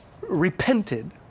repented